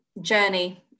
journey